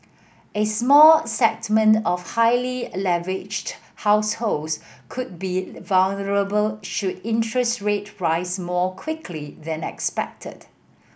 a small settlement of highly leveraged households could be vulnerable should interest rate rise more quickly than expected